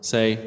Say